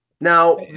Now-